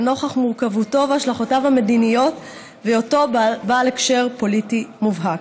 לנוכח מורכבותו והשלכותיו המדיניות והיותו בעל הקשר פוליטי מובהק.